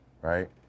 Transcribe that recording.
Right